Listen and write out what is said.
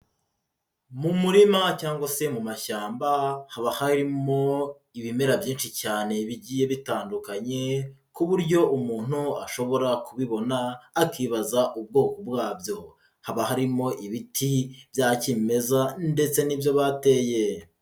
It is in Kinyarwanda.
Mu murima cyangwa se mu mashyamba, haba harimo ibimera byinshi cyane bigiye bitandukanye, ku buryo umuntu ashobora kubibona akibaza ubwoko bwabyo, haba harimo ibiti bya kimeza ndetse n'ibyo bateye.